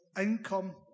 income